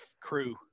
crew